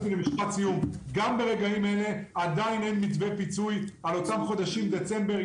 גם ברגעים אלה עדין אין מתווה פיצוי על החודשים דצמבר,